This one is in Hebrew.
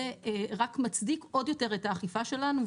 זה רק מצדיק עוד יותר את האכיפה שלנו,